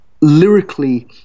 lyrically